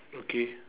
okay